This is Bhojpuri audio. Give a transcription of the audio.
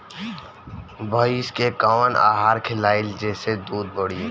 भइस के कवन आहार खिलाई जेसे दूध बढ़ी?